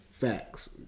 Facts